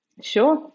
Sure